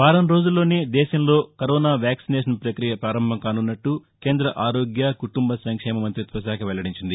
వారం రోజుల్లోనే దేశంలో కరోనావ్యాక్సినేషన్ ప్రక్రియ పారంభం కానున్నట్లు కేంద్ర ఆరోగ్య కుటుంబ సంక్షేమ మంతిత్వ శాఖ వెల్లడించింది